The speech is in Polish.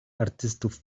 artystów